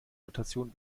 mutation